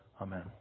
Amen